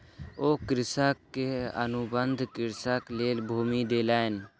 ओ कृषक के अनुबंध कृषिक लेल भूमि देलैन